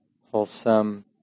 wholesome